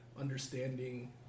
understanding